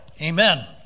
Amen